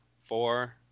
four